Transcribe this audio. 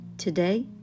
today